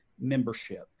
membership